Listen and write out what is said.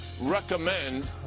recommend